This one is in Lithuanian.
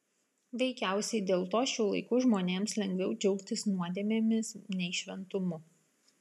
veikiausiai dėl to šių laikų žmonėms lengviau džiaugtis nuodėmėmis nei šventumu